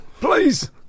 Please